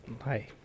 Hi